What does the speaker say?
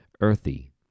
earthy